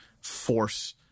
force